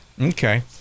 okay